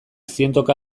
zientoka